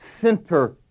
center